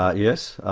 ah yes,